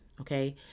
okay